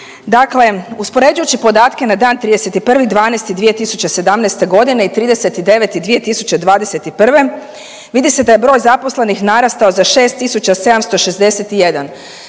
Dakle, uspoređujući podatke na dan 31.12.2017. i 30.9.2021. vidi se da je broj zaposlenih narastao za 6.761,